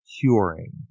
curing